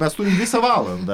mes turim visą valandą